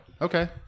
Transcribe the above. Okay